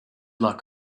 luck